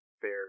Fair